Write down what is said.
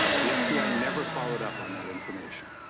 the f b i. never followed up on that information.